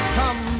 come